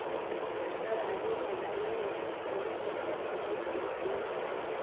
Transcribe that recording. क्या राज्य मेघालय में कोई ई एस आई सी केंद्र है